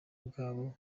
bwabo